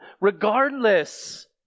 Regardless